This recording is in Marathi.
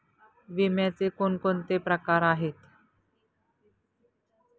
विम्याचे कोणकोणते प्रकार आहेत?